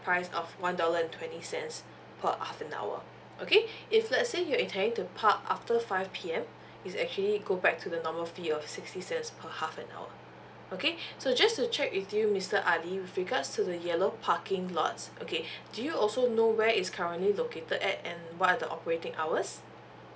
price of one dollar and twenty cents per half an hour okay if let's say you're intending to park after five P_M is actually go back to the normal fee of sixty cents per half an hour okay so just to check with you mister ali with regards to the yellow parking lots okay do you also know where is currently located at and what are the operating hours